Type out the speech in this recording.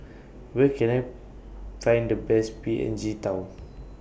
Where Can I Find The Best P N G Tao